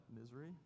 misery